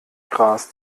gras